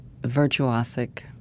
virtuosic